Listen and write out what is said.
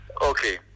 Okay